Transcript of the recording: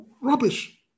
rubbish